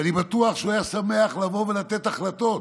ואני בטוח שהוא היה שמח לבוא ולתת החלטות.